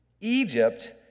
Egypt